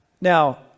Now